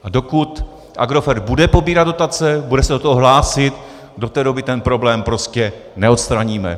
A dokud Agrofert bude pobírat dotace, bude se do toho hlásit, do té doby ten problém prostě neodstraníme.